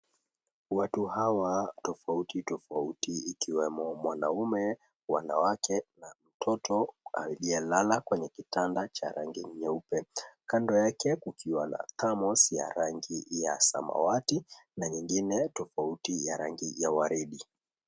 Watu hawa tofauti tofauti ikiwemo mwanaume, wanawake na watoto aliyelala kwenye kitanda cha rangi nyeupe kando yake kukiwa na thermos ya rangi ya samawati na nyingine tofauti ya rangi ya waridi.